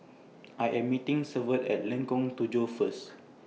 I Am meeting Severt At Lengkong Tujuh First